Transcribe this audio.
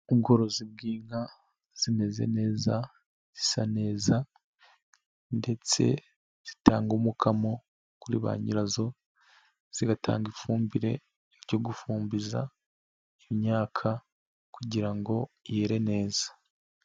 Ubworozi bw'inka zimeze neza zisa neza ndetse zitanga umukamo kuri ba nyirazo, zigatanga ifumbire yo gufumbiza imyaka kugira ngo yere neza.